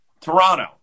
Toronto